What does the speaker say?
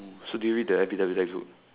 so did you read the episode with textbook